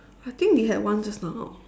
I think we had one just now